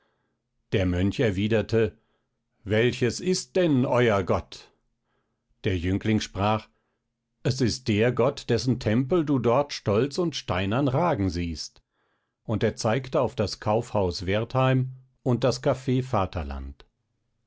der mönch erwiderte welches ist denn euer gott der jüngling sprach es ist der gott dessen tempel du dort stolz und steinern ragen siehst und er zeigte auf das kaufhaus wertheim und das caf vaterland